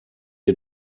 ihr